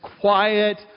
quiet